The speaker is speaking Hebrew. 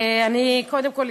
אני אתחיל קודם כול,